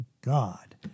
God